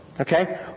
Okay